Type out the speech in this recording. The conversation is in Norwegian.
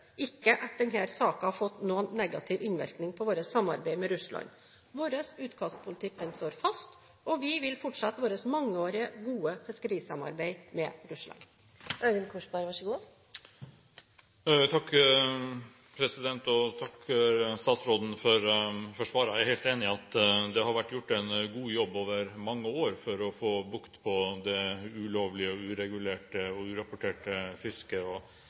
ikke at denne saken har fått noen negativ innvirkning på vårt samarbeid med Russland. Vår utkastpolitikk står fast, og vi vil fortsette vårt mangeårige, gode fiskerisamarbeid med Russland. Jeg vil takke statsråden for svaret. Jeg er helt enig i at det har vært gjort en god jobb over mange år for å få bukt med det ulovlige, uregulerte og urapporterte fisket.